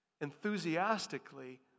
enthusiastically